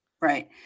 Right